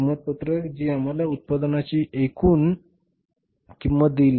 किंमत पत्रक जी आम्हाला उत्पादनाची एकूण किंमत देईल